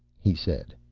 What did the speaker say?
he said.